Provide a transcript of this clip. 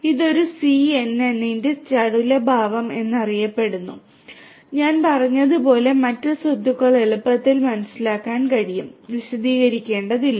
ഇത് ഒരു ഡിസിഎനിന്റെ ചടുലസ്വഭാവം എന്നറിയപ്പെടുന്നു ഞാൻ പറഞ്ഞതുപോലെ മറ്റ് സ്വത്തുക്കൾ എളുപ്പത്തിൽ മനസ്സിലാക്കാൻ കഴിയും എനിക്ക് കൂടുതൽ വിശദീകരിക്കേണ്ടതില്ല